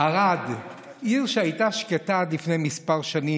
ערד היא עיר שהייתה שקטה עד לפני כמה שנים,